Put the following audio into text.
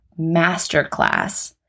masterclass